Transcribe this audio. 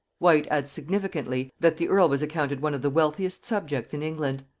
whyte adds significantly, that the earl was accounted one of the wealthiest subjects in england.